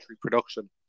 production